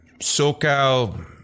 SoCal